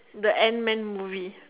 the Ant Man movie